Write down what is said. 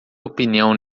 opinião